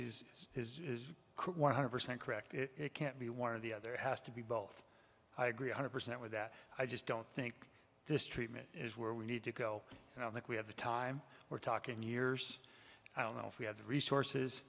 tracy's one hundred percent correct it can't be one of the other has to be both i agree one hundred percent with that i just don't think this treatment is where we need to go and i think we have the time we're talking years i don't know if we have the resources